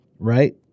Right